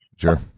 Sure